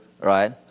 right